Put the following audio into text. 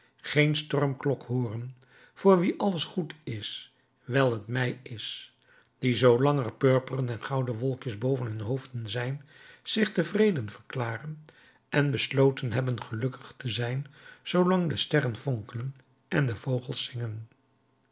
geen stormklok hooren voor wie alles goed is wijl het mei is die zoolang er purperen en gouden wolkjes boven hun hoofden zijn zich tevreden verklaren en besloten hebben gelukkig te zijn zoolang de sterren fonkelen en de vogels zingen